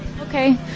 Okay